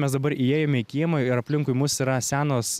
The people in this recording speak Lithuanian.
mes dabar įėjome į kiemą ir aplinkui mus yra senos